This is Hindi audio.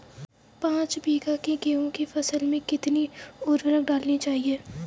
पाँच बीघा की गेहूँ की फसल में कितनी उर्वरक डालनी चाहिए?